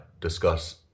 discuss